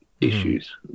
issues